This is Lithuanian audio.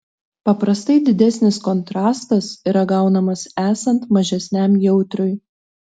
paprastai didesnis kontrastas yra gaunamas esant mažesniam jautriui